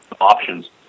options